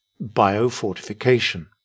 biofortification